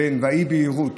והאי-בהירות